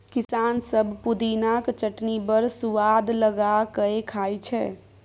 किसान सब पुदिनाक चटनी बड़ सुआद लगा कए खाइ छै